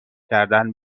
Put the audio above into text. کردن